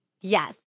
Yes